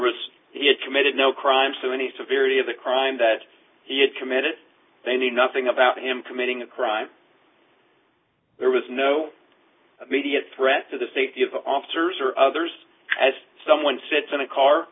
was he had committed no crime so anything verity of the crime that he had committed they knew nothing about him committing a crime there was no immediate threat to the safety of officers or others as someone sits in a car